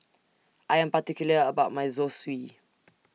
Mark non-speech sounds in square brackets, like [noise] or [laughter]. I Am particular about My Zosui [noise]